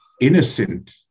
innocent